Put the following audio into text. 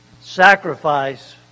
sacrifice